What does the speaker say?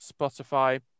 spotify